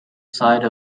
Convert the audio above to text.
side